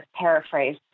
paraphrase